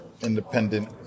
independent